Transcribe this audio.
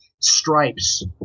stripes